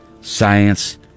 science